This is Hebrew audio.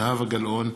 זהבה גלאון,